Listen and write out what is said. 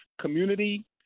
community